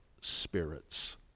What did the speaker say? spirits